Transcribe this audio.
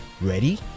Ready